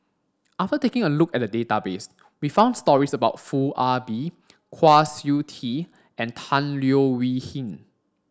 after taking a look at the database we found stories about Foo Ah Bee Kwa Siew Tee and Tan Leo Wee Hin